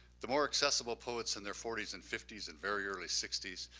the more accessible poets in their forty s and fifty s and very early sixty s,